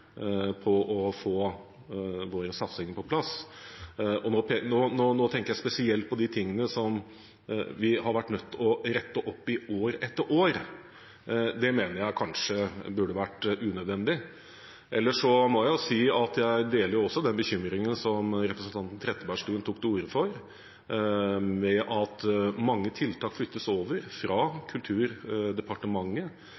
på å få våre satsinger på plass. Nå tenker jeg spesielt på de tingene som vi har vært nødt til å rette opp i år etter år. Det mener jeg kanskje burde vært unødvendig. Ellers må jeg si at jeg deler den bekymringen som representanten Trettebergstuen tok til orde for, at mange tiltak flyttes fra Kulturdepartementet over